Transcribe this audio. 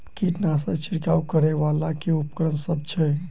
कीटनासक छिरकाब करै वला केँ उपकरण सब छै?